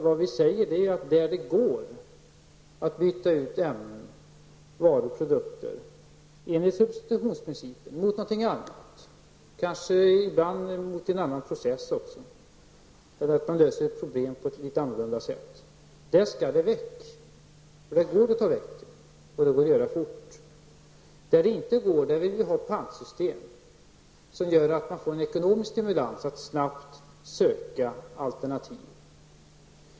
Vad vi säger är att ämnen, varor och produkter som enligt substitutionsprincipen kan bytas ut mot någonting annat -- ibland kan det också vara fråga om ett byte till en annan process genom att man löser ett problem på ett något annorlunda sätt -- skall väck. Det är möjligt att göra det, och detta kan ske fort. I de fall där detta inte är möjligt vill vi ha ett pantsystem, som innebär en ekonomisk stimulans att snabbt söka efter alternativ.